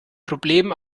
problem